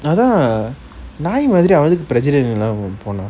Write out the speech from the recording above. அதான் நாய் மாதிரி அவன் எதுக்கு:athan naay madiri avan ethukku president இல்லாம போனான்:illama ponan